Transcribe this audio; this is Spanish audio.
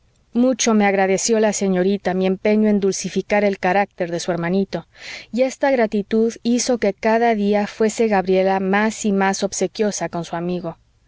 mucho me agradeció la señorita mi empeño en dulcificar el carácter de su hermanito y esta gratitud hizo que cada día fuese gabriela más y más obsequiosa con su amigo